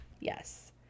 Yes